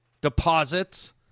deposits